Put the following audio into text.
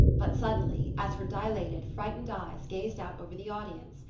but suddenly, as her dilated, frightened eyes gazed out over the audience,